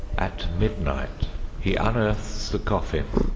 at midnight he unearths the coffin,